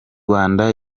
rwanda